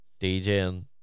DJing